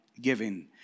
giving